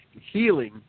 healing